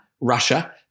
Russia